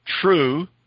true